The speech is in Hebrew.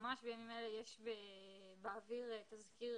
שממש בימים האלה יש באוויר תזכיר